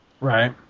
Right